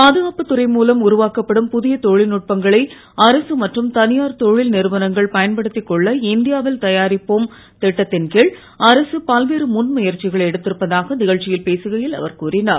பாதுகாப்பு துறை மூலம் உருவாக்கப்படும் புதிய தொழல்நுட்பங்களை அரசு மற்றும் தனியார் தொழல்நிறுவனங்கள் பயன்படுத்திக் கொள்ள இந்தியா வில் தயாரிப்போம் திட்டத்தின் கீழ் அரசு பல்வேறு முன்முயற்சிகளை எடுத்திருப்பதாக நிகழ்ச்சியில் பேசுகையில் அவர் கூறினார்